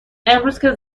امروزکه